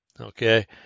Okay